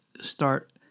start